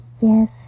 yes